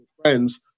friends